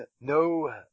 no